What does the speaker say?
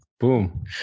Boom